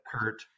kurt